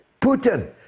Putin